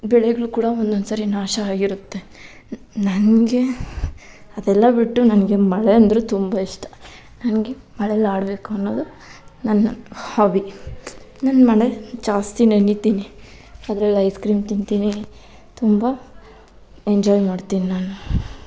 ಬೆಳೆಗಳು ಕೂಡ ಒಂದೊಂದ್ಸರಿ ನಾಶ ಆಗಿರುತ್ತೆ ನನಗೆ ಅದೆಲ್ಲ ಬಿಟ್ಟು ನನಗೆ ಮಳೆ ಅಂದರೆ ತುಂಬ ಇಷ್ಟ ನನಗೆ ಮಳೇಲಿ ಆಡಬೇಕು ಅನ್ನೋದು ನನ್ನ ಹಾಬಿ ನಾನು ಮಳೆ ಜಾಸ್ತಿ ನೆನಿತೀನಿ ಅದ್ರಲ್ಲಿ ಐಸ್ ಕ್ರೀಮ್ ತಿಂತೀನಿ ತುಂಬ ಎಂಜಾಯ್ ಮಾಡ್ತೀನಿ ನಾನು